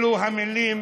אלו המילים